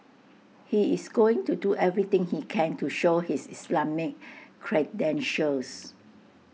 he is going to do everything he can to show his Islamic credentials